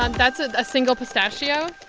um that's ah a single pistachio